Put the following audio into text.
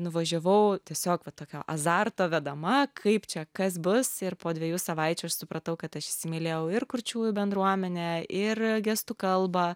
nuvažiavau tiesiog va tokio azarto vedama kaip čia kas bus ir po dviejų savaičių aš supratau kad aš įsimylėjau ir kurčiųjų bendruomenę ir gestų kalbą